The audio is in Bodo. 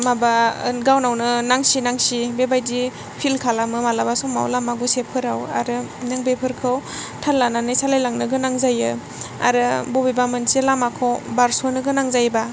माबा गावनावनो नांसि नांसि बेबादि फिल खालामो मालाबा समाव लामा गुसेबफोराव आरो नों बेफोरखौ थाल लानानै सालायलांनो गोनां जायो आरो बबेबा मोनसे लामाखौ बारस'नो गोनां जायोबा